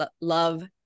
love